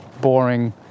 boring